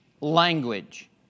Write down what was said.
language